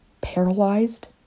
paralyzed